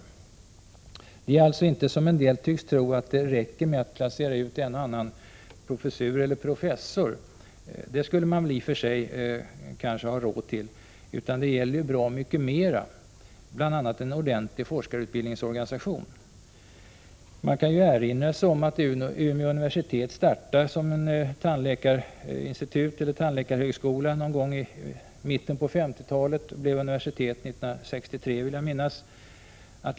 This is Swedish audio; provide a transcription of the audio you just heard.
Det räcker alltså inte, som en del tycks tro, att placera ut en eller annan professor. Den saken skulle man i och för sig kanske ha råd till, men nu gäller det bra mycket mera, bl.a. en ordentlig forskarutbildningsorganisation. Man kan erinra om att Umeå universitet startade som en tandläkarhögskola i mitten på 1950-talet och blev universitet 1963, vill jag minnas.